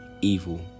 evil